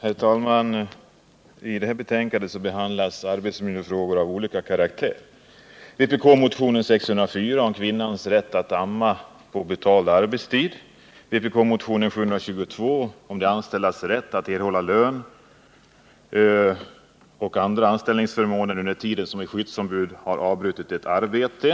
Herr talman! I detta betänkande behandlas arbetsmiljöfrågor av olika karaktär som bl.a. har tagits upp i ett antal vpk-motioner. Motionen 604 gäller kvinnans rätt att amma på betald arbetstid. Motionen 722 handlar om de anställdas rätt att erhålla lön och andra anställningsförmåner under tid då skyddsombud har avbrutit ett arbete.